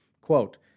Quote